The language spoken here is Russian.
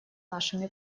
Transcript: нашими